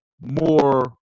more